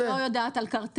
אני לא יודעת על קרטל,